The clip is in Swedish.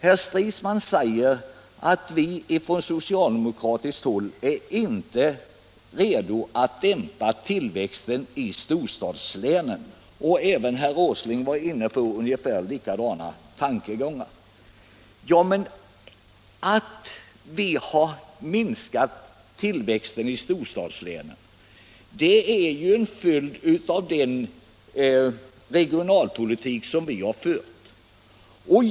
Herr Stridsman säger att vi från socialdemokratiskt håll inte är redo att dämpa tillväxten i storstadslänen, och även herr Åsling var inne på liknande — Samordnad tankegångar. Att vi har minskat tillväxten i storstadslänen är ju en följd — sysselsättnings och av den regionalpolitik som vi har fört.